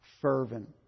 fervent